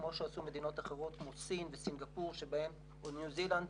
כמו שעשו מדינות אחרות כמו סין וסינגפור או ניו זילנד,